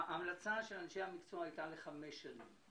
ההמלצה של אנשי המקצוע הייתה לחמש שנים.